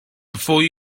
before